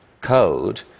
code